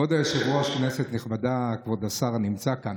כבוד היושב-ראש, כנסת נכבדה, כבוד השר הנמצא כאן,